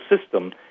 system